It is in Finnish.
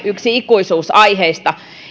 yksi ikuisuusaiheista